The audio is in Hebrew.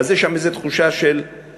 אז יש שם איזו תחושה של ספק.